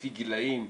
לפי גילאים,